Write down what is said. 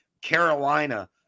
Carolina